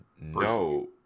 No